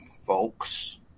folks